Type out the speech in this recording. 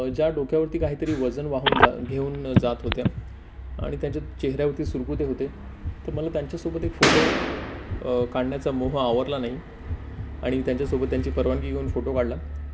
ज्या डोक्यावरती काहीतरी वजन वाहून जा घेऊन जात होत्या आणि त्यांच्या चेहऱ्यावरती सुरकुते होते तर मला त्यांच्यासोबत एक फोटो काढण्याचा मोह आवरला नाही आणि त्यांच्यासोबत त्यांची परवानगी घेऊन फोटो काढला